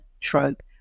trope